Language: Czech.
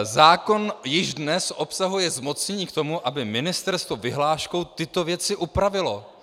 Zákon již dnes obsahuje zmocnění k tomu, aby ministerstvo vyhláškou tyto věci upravilo.